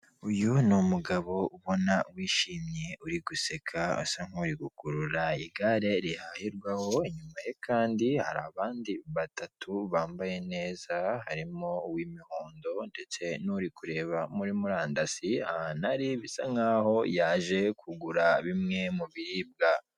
Uyu n'umugabo ubona wishimye uri guseka asa nk'uri gukurura igare rihahirwaho, inyuma ye kandi hari abandi batatu bambaye neza, harimo uw'imihondo ndetse nuri kureba muri murandasi, ahantu ari bisa nkaho yaje kugura bimwe mu biribwa.